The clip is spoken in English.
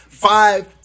Five